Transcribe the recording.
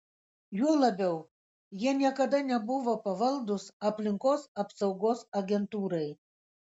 juo labiau jie niekada nebuvo pavaldūs aplinkos apsaugos agentūrai